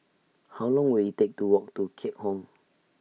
How Long Will IT Take to Walk to Keat Hong